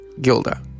Gilda